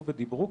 ודיברו,